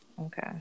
Okay